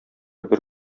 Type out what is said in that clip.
бер